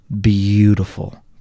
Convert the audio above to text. beautiful